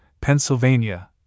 Pennsylvania